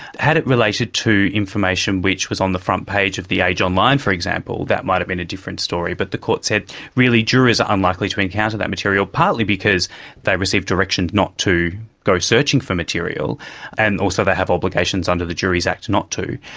had it related to information which is on the front page of the age online, for example, that might have been a different story, but the court said really jurors are unlikely to encounter that material, partly because they received direction not to go searching for material and also they have obligations under the juries act not to,